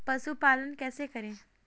पशुपालन कैसे करें?